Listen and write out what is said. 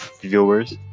Viewers